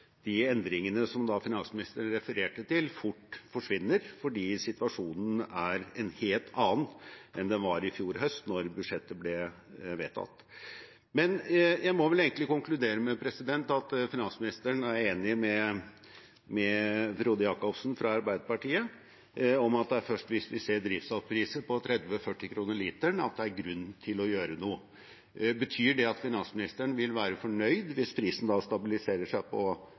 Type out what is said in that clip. de endringene finansministeren refererte til, fort forsvinner fordi situasjonen er en helt annen enn den var i fjor høst, da budsjettet ble vedtatt. Jeg må vel egentlig konkludere med at finansministeren er enig med Frode Jacobsen fra Arbeiderpartiet i at det er først hvis vi ser drivstoffpriser på 30–40 kr literen at det er grunn til å gjøre noe. Betyr det at finansministeren vil være fornøyd hvis prisen stabiliserer seg på